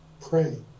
pray